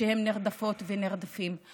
כשהם נרדפות ונרדפים.